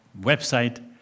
website